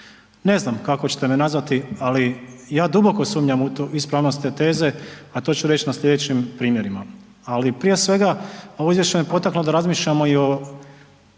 ne znam kako ćete me nazvati, ali ja duboko sumnjam u tu ispravnost te teze, a to ću reći na slijedećim primjerima, ali prije svega ovo izvješće me potaklo da razmišljamo i o